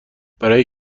برای